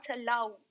allow